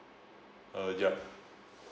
uh ya